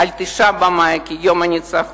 על 9 במאי כיום הניצחון.